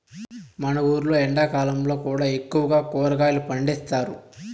మా ఊర్లో ఎండాకాలంలో కూడా ఎక్కువగా కూరగాయలు పండిస్తారు